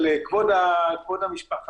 של כבוד המשפחה,